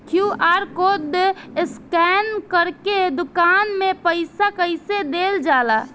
QR code scan करके दुकान में पईसा कइसे देल जाला?